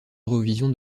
eurovision